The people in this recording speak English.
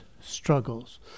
struggles